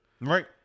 Right